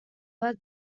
bat